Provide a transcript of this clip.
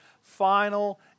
final